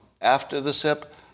after-the-sip